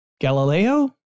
Galileo